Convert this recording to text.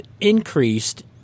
increased